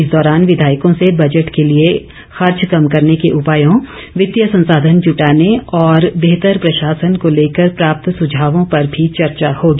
इस दौरान विधायकों से बजट के लिए खर्च कम करने के उपायों वित्तीय संसाधन जुटाने व बेहतर प्रशासन को लेकर प्राप्त सुझावों पर भी चर्चा होगी